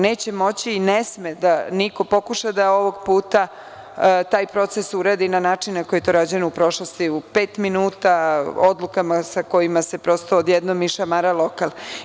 Neće moći i ne sme da niko pokuša da ovog puta taj proces uradi na način na koji je to rađeno u prošlosti, u pet minuta, odlukama sa kojima se prosto odjednom išamara lokal.